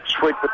sweet